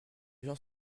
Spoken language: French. gens